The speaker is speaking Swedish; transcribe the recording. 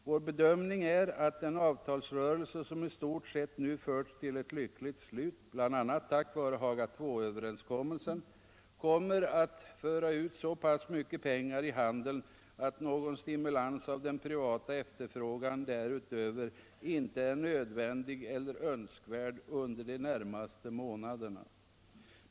Vår bedömning är att den avtalsrörelse som i stort sett nu förts till ett lyckligt slut, bl.a. tack vare Haga IIl-överenskommelsen, kommer att föra ut så pass mycket pengar i handeln att någon stimulans av den privata efterfrågan därutöver inte är nödvändig eller önskvärd under de närmaste månaderna.